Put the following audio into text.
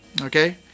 okay